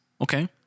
Okay